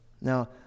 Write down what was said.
Now